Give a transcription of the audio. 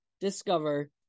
discover